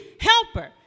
helper